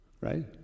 right